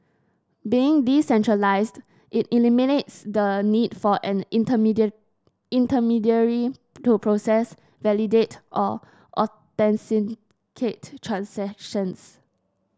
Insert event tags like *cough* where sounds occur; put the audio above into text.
being decentralised it eliminates the need for an *unintelligible* intermediary to process validate or authenticate transactions